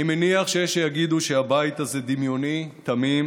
אני מניח שיש שיגידו שהבית הזה דמיוני, תמים,